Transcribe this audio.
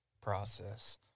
process